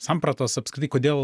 sampratos apskritai kodėl